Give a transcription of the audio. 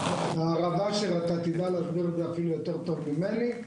מערבה של העיר, אתה מכיר את זה יותר טוב ממני.